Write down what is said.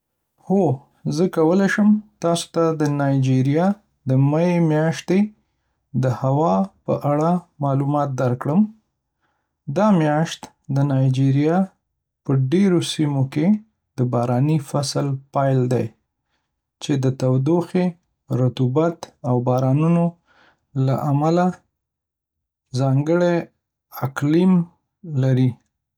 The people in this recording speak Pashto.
هو، زه کولی شم تاسو ته د نایجریا د می میاشتې د هوا په اړه معلومات درکړم. دا میاشت د نایجریا په ډېرو سیمو کې د باراني فصل پیل دی، چې د تودوخې، رطوبت او بارانونو له امله ځانګړی اقلیم لري.